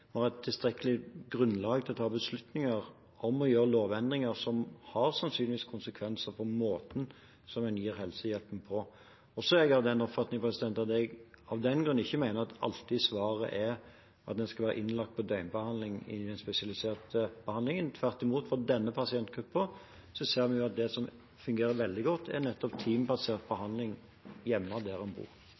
vi også har et tilstrekkelig grunnlag til å ta beslutninger om å gjøre lovendringer som har, sannsynligvis, konsekvenser for måten som en gir helsehjelpen på. Så er jeg av den oppfatning at svaret av den grunn ikke alltid er at en skal være innlagt på delbehandling innen den spesialiserte behandlingen. Tvert imot, for denne pasientgruppen ser vi at det som fungerer veldig godt, er nettopp teambasert behandling hjemme der en bor.